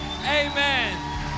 Amen